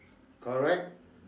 correct